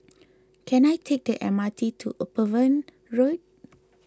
can I take the M R T to Upavon Road